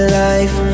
life